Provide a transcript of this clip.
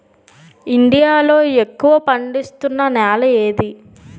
India లో ఎక్కువ పండిస్తున్నా నేల ఏది?